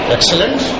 Excellent